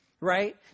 Right